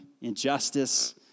injustice